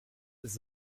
ist